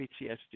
PTSD